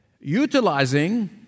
Utilizing